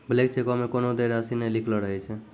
blank चेको मे कोनो देय राशि नै लिखलो रहै छै